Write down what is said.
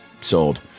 sold